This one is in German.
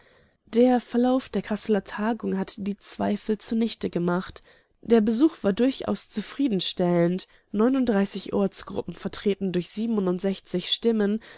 der verlauf der kasseler tagung hat die zweifel zunichte gemacht der besuch war durchaus zufriedenstellend ortsgruppen vertreten durch stimmen